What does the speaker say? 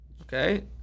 Okay